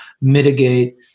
mitigate